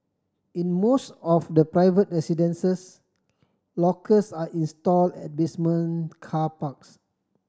in most of the private residences lockers are install at basement car parks